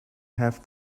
have